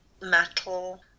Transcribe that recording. metal